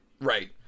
Right